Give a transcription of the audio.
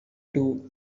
too